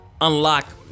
unlock